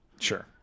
sure